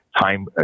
time